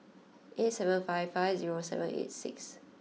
eight seven five five zero seven eight six